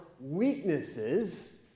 weaknesses